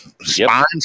spines